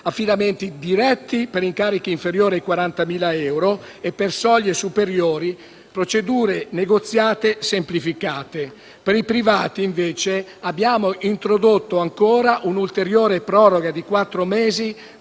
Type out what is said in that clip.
affidamenti diretti per incarichi inferiori ai 40.000 euro e per soglie superiori procedure negoziate semplificate. Per i privati, invece, abbiamo introdotto ancora un'ulteriore proroga di quattro mesi